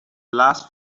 last